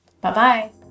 Bye-bye